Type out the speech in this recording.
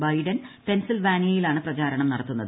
Biden പെൻസിൽ വാനിയയിലാണ് പ്രചാരണം നടത്തുന്നത്